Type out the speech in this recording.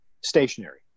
stationary